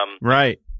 Right